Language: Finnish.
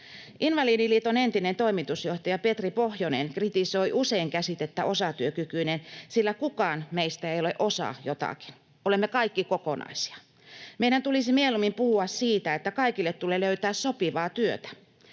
Invalidiliiton entinen toimitusjohtaja Petri Pohjonen kritisoi usein käsitettä ”osatyökykyinen”, sillä kukaan meistä ei ole osa jotakin. Olemme kaikki kokonaisia. Meidän tulisi mieluummin puhua siitä, että kaikille tulee löytää sopivaa työtä.